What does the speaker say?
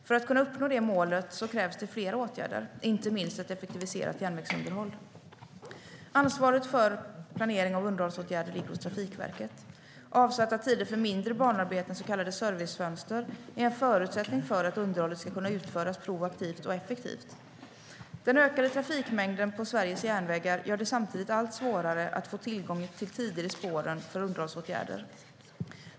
För att kunna uppnå det målet krävs det flera åtgärder, inte minst ett effektiviserat järnvägsunderhåll. Ansvaret för planering av underhållsåtgärder ligger hos Trafikverket. Avsatta tider för mindre banarbeten, så kallade servicefönster, är en förutsättning för att underhållet ska kunna utföras proaktivt och effektivt. Den ökande trafikmängden på Sveriges järnvägar gör det samtidigt allt svårare att få tillgång till tider i spåren för underhållsåtgärder.